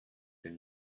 den